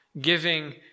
Giving